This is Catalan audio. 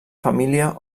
família